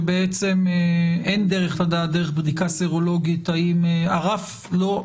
שבעצם אין דרך לדעת דרך בדיקה סרולוגית האם הרף לא,